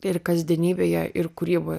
ir kasdienybėje ir kūryboj